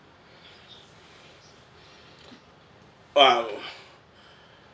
!wow!